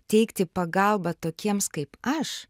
teikti pagalbą tokiems kaip aš